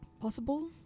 Possible